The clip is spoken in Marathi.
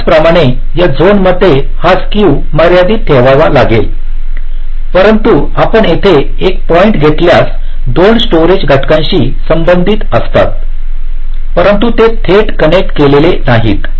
त्याचप्रमाणे या झोनमध्ये हा स्केव मर्यादित ठेवावा लागेल परंतु आपण येथे एक पॉईंट् घेतल्यास ते 2 स्टोरेज घटकांशी संबंधित असतात परंतु ते थेट कनेक्ट केलेले नाहीत